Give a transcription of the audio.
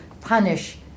punish